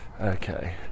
Okay